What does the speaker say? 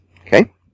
Okay